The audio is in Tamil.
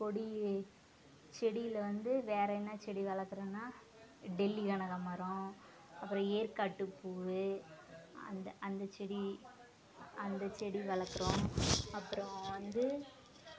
கொடி செடியில வந்து வேறென்ன செடி வளர்க்குறோனா டெல்லி கனகாம்பரம் அப்புறம் ஏற்காட்டு பூ அந்த அந்த செடி அந்த செடி வளர்க்குறோம் அப்புறம் வந்து